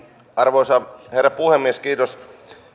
arvoisa herra puhemies